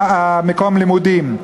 מקום לימודים,